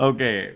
Okay